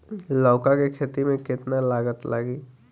लौका के खेती में केतना लागत लागी?